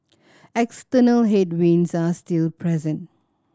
external headwinds are still present